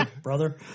Brother